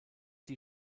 die